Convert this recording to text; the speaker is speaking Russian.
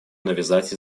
навязать